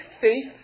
faith